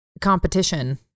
competition